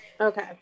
Okay